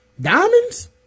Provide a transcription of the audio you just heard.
diamonds